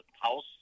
house